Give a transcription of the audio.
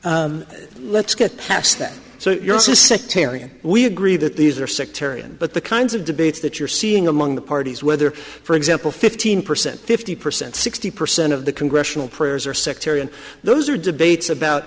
that let's get past that so you're also sectarian we agree that these are sectarian but the kinds of debates that you're seeing among the parties whether for example fifteen percent fifty percent sixty percent of the congressional prayers are sectarian those are debates about